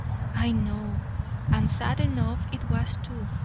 i know and sad enough it was too,